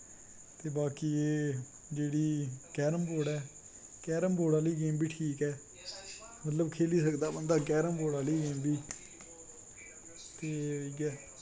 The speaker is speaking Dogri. बाकी एह् जेह्ड़ी कैरम बोर्ड़ ऐ कैरम बोर्ड़ आह्ली गेम बी ठीक ऐ मतलव खेली सकदा बंदा कैरम बोर्ड़ आह्ली बी ते इयै